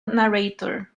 narrator